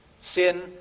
Sin